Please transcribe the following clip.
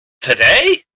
Today